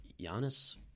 Giannis